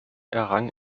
errang